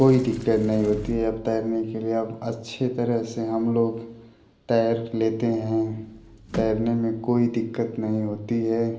कोई दिक़्क़त नहीं होती है अब तैरने के लिए अब अच्छे तरह से हम लोग तैर लेते हैं तैरने में कोई दिक़्क़त नहीं होती है